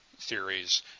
theories